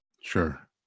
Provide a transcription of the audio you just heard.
Sure